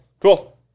Cool